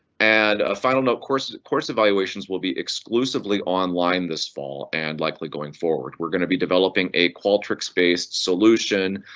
and final note, course course evaluations will be exclusively online this fall and likely going forward. we're gonna be developing a qualtrics based solution.